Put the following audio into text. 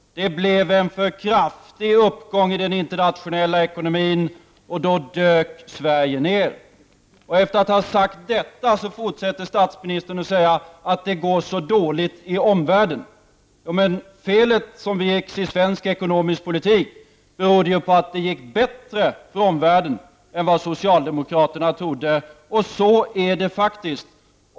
Det blev en för kraftig uppgång i den internationella ekonomin, och då gjorde Sverige en djupdykning. Efter det att statsministern hade sagt detta fortsatte han med att säga att det går så dåligt i omvärlden. Men felet med svensk ekonomisk politik var ju att det gick bättre för omvärlden än vad socialdemokraterna trodde, och sådan är faktisk situationen.